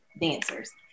dancers